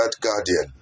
guardian